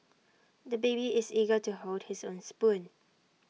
the baby is eager to hold his own spoon